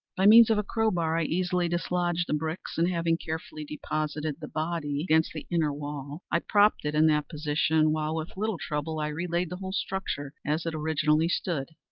by means of a crow-bar i easily dislodged the bricks, and, having carefully deposited the body against the inner wall, i propped it in that position, while, with little trouble, i re-laid the whole structure as it originally stood.